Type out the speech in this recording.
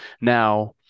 Now